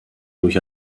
durch